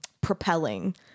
propelling